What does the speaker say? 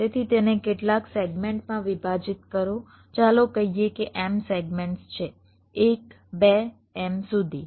તેથી તેને કેટલાક સેગમેન્ટમાં વિભાજીત કરો ચાલો કહીએ કે m સેગમેન્ટ્સ છે 1 2 m સુધી